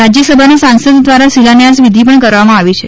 રાજ્યસભાના સાંસદ દ્વારા શિલાન્યાસ વિધી પણ કરવામાં આવી છે